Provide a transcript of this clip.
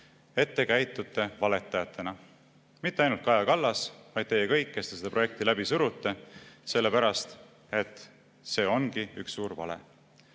et te käitute valetajatena. Mitte ainult Kaja Kallas, vaid teie kõik, kes te seda projekti läbi surute. See ongi üks suur vale.